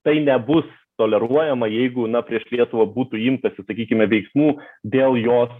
tai nebus toleruojama jeigu na prieš lietuvą būtų imtasi sakykime veiksmų dėl jos